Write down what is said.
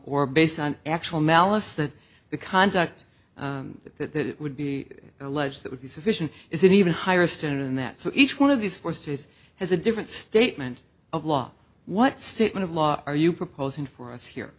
or based on actual malice that the conduct that would be alleged that would be sufficient is an even higher standard in that so each one of these four states has a different statement of law what statement of law are you proposing for us here